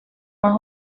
más